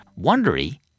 Wondery